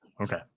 Okay